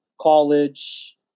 college